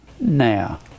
Now